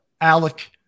Alec